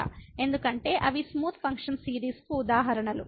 ఎందుకంటే అవి smooth function సిరీస్కు ఉదాహరణలు